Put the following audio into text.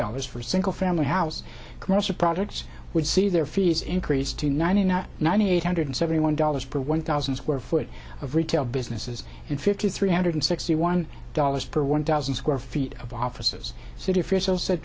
dollars for single family house grocer products would see their fees increase to ninety not ninety eight hundred seventy one dollars per one thousand square foot of retail businesses in fifty three hundred sixty one dollars per one thousand square feet of offices city officials said